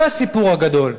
זה הסיפור הגדול.